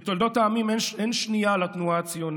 בתולדות העמים אין שנייה לתנועה הציונית,